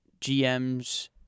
GMs